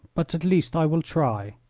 but at least i will try.